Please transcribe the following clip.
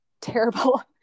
terrible